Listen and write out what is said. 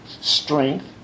strength